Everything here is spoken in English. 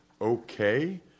okay